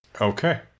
Okay